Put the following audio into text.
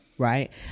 right